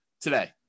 today